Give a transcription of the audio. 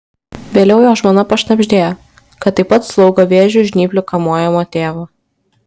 vėliau jo žmona pašnabždėjo kad taip pat slaugo vėžio žnyplių kamuojamą tėvą